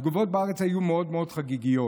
התגובות בארץ היו מאוד מאוד חגיגיות.